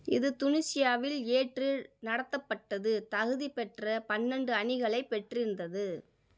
இது துனிஷியாவில் ஏற்று நடத்தப்பட்டது தகுதி பெற்ற பன்னெண்டு அணிகளைப் பெற்றிருந்தது